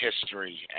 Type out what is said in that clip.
history